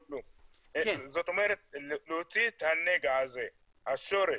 זאת אומרת להוציא את הנגע הזה מהשורש,